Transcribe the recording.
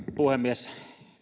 puhemies